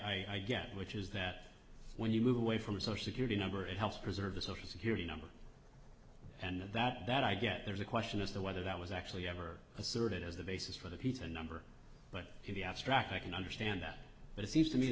get which is that when you move away from social security number it helps preserve the social security number and that i get there's a question as to whether that was actually ever asserted as the basis for the peter number but he abstract i can understand that but it seems to me